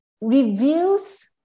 reveals